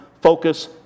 focus